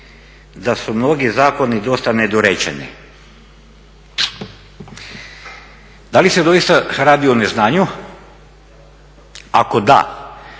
da su mnogi zakoni dosta nedorečeni. Da li se doista radi o neznanju, ako da